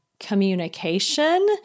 communication